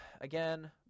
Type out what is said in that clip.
Again